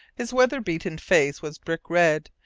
his weather beaten face was brick red,